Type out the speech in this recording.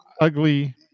ugly